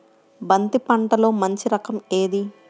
బంతి పంటలో మంచి రకం ఏది?